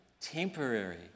temporary